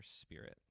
spirit